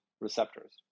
receptors